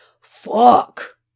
Fuck